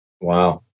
Wow